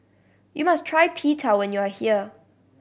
you must try Pita when you are here